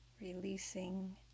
releasing